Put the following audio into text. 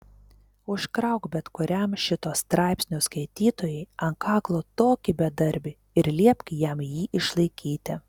užkrauk bet kuriam šito straipsnio skaitytojui ant kaklo tokį bedarbį ir liepk jam jį išlaikyti